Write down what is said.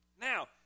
Now